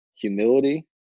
humility